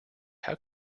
how